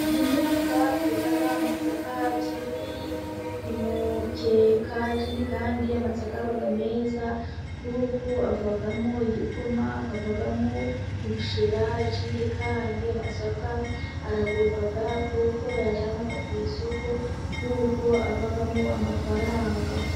Igihingwa twita amasaka kiri kumukeka ikindi kandi amasaka aba meza, kuko avamo igikoma, akavamo ubushera, ikindi kandi amasaka aragurwa kuko bayajyana ku isoko kuko avamo amafaranga.